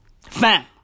fam